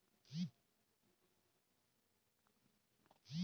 एक समय तअ सब ठेलावाला तकले गूगल पे से पईसा लेत बाने